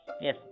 yes